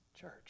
Church